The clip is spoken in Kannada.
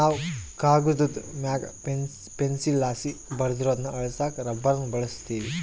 ನಾವು ಕಾಗದುದ್ ಮ್ಯಾಗ ಪೆನ್ಸಿಲ್ಲಾಸಿ ಬರ್ದಿರೋದ್ನ ಅಳಿಸಾಕ ರಬ್ಬರ್ನ ಬಳುಸ್ತೀವಿ